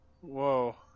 Whoa